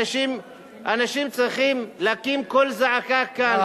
אנשים צריכים להקים קול זעקה כאן.